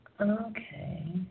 Okay